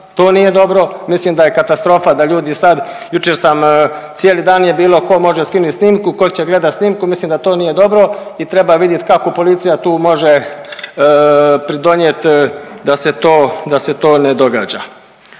to nije dobro, mislim da je katastrofa da ljudi sad, jučer sam, cijeli dan je bilo ko može skinit snimku, ko će gledat snimku, mislim da to nije dobro i treba vidjet kako policija tu može pridonijet da se to, da